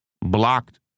blocked